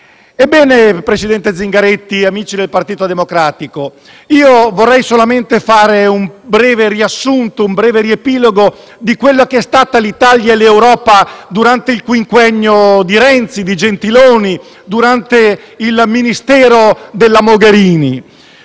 Presidente Zingaretti, amici del Partito Democratico, vorrei solamente fare un breve riepilogo di quello che sono state l'Italia e l'Europa durante il quinquennio di Renzi e di Gentiloni Silveri e il ministero della Mogherini: